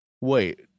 Wait